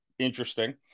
Interesting